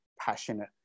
passionate